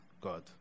God